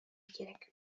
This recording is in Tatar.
кирәк